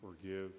forgive